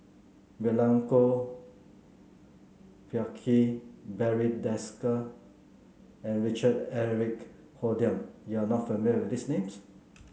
Milenko Prvacki Barry Desker and Richard Eric Holttum you are not familiar with these names